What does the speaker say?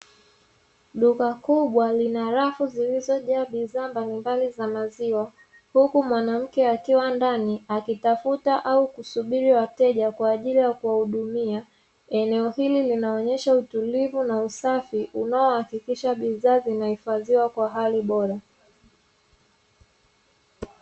Duka kubwa lina rafu zilizojaa bidhaa mbalimbali za maziwa, huku mwanamke akiwa ndani akitafuta au kusubiri wateja kwa ajili ya kuwahudumia. Eneo hili linaonyesha utulivu na usafi unaohakikisha bidhaa zinahifadhiwa kwa hali bora.